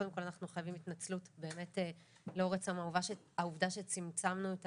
קודם כל אנחנו חייבים התנצלות באמת לאור העובדה שצמצמנו את